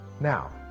Now